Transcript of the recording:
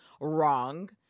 Wrong